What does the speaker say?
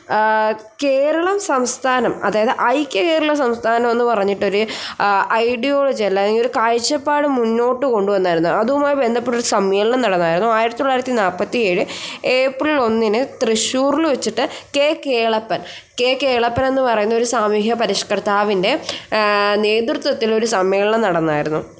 കേരളം സംസ്ഥാനം അതായത് ഐക്യകേരള സംസ്ഥാനം എന്നു പറഞ്ഞിട്ടൊരു ഐഡിയോളജി അല്ലായെങ്കിലൊരു കാഴ്ചപ്പാട് മുന്നോട്ടു കൊണ്ടു വന്നിരുന്നു അതുമായി ബന്ധപ്പെട്ട സമ്മേളനം നടന്നിരുന്നു ആയിരത്തിത്തൊള്ളായിരത്തി നാല്പത്തിയേഴ് ഏപ്രിൽ ഒന്നിന് തൃശ്ശൂരിൽ വച്ചിട്ട് കെ കേളപ്പൻ കെ കേളപ്പൻ എന്നു പറയുന്നൊരു സാമൂഹ്യ പരിഷ്കർത്താവിൻ്റെ നേതൃത്വത്തിൽ ഒരു സമ്മേളനം നടന്നിരുന്നു